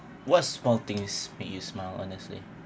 what small things make you smile honestly